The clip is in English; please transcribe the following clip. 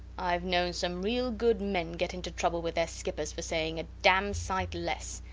ive known some real good men get into trouble with their skippers for saying a dam sight less,